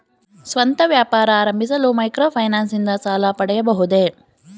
ಸ್ವಂತ ವ್ಯಾಪಾರ ಆರಂಭಿಸಲು ಮೈಕ್ರೋ ಫೈನಾನ್ಸ್ ಇಂದ ಸಾಲ ಪಡೆಯಬಹುದೇ?